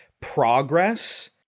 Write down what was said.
progress